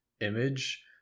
image